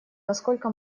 насколько